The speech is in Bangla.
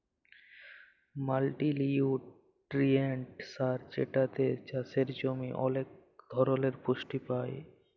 মাল্টিলিউট্রিয়েন্ট সার যেটাতে চাসের জমি ওলেক ধরলের পুষ্টি পায়